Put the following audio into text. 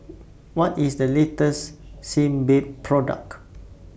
What IS The latest Sebamed Product